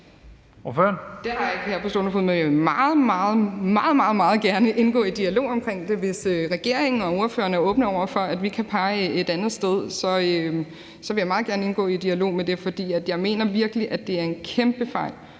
jeg vil meget, meget gerne indgå i en dialog omkring det. Hvis regeringen og ordførerne er åbne over for, at vi kan pege på et andet sted, vil jeg meget gerne indgå i en dialog om det. For jeg mener virkelig, at det er en kæmpefejl